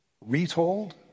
retold